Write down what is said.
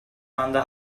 anda